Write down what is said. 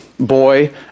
boy